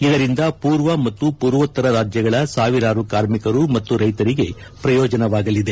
ಇದರಿಂದ ಪೂರ್ವ ಮತ್ತು ಪೂರ್ವೋತ್ತರ ರಾಜ್ಯಗಳ ಸಾವಿರಾರು ಕಾರ್ಮಿಕರು ಮತ್ತು ರೈತರಿಗೆ ಪ್ರಯೋಜನವಾಗಲಿದೆ